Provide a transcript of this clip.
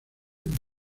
del